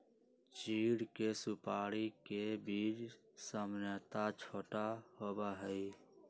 चीड़ के सुपाड़ी के बीज सामन्यतः छोटा होबा हई